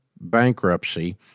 bankruptcy